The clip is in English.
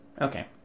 Okay